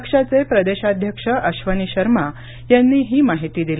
पक्षाचे प्रदेशाध्यक्ष अश्वनी शर्मा यांनी ही माहिती दिली